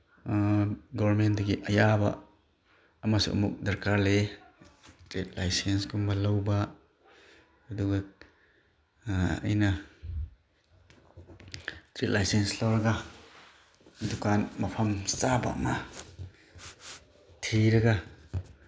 ꯒꯣꯔꯃꯦꯟꯗꯒꯤ ꯑꯌꯥꯕ ꯑꯃꯁꯨ ꯑꯃꯨꯛ ꯗꯔꯀꯥꯔ ꯂꯩꯌꯦ ꯇ꯭ꯔꯦꯠ ꯂꯥꯏꯁꯦꯟꯁꯀꯨꯝꯕ ꯂꯧꯕ ꯑꯗꯨꯒ ꯑꯩꯅ ꯇ꯭ꯔꯦꯠ ꯂꯥꯏꯁꯦꯟꯁ ꯂꯧꯔꯒ ꯗꯨꯀꯥꯟ ꯃꯐꯝ ꯆꯥꯕ ꯑꯃ ꯊꯤꯔꯒ